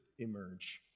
emerge